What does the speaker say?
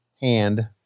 hand